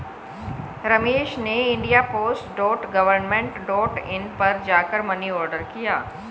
रमेश ने India post dot government dot in पर जा कर मनी ऑर्डर किया